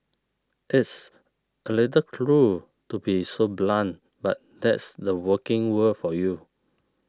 this a little cruel to be so blunt but that's the working world for you